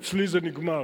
אצלי זה נגמר,